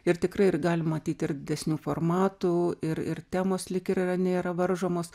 ir tikrai ir galim matyt ir didesnių formatų ir ir temos lyg ir yra nėra varžomos